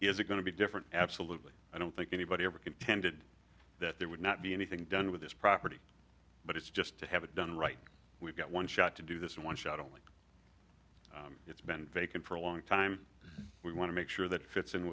is it going to be different absolutely i don't think anybody ever contended that there would not be anything done with this property but it's just to have it done right we've got one shot to do this and one shot only it's been vacant for a long time we want to make sure that fits in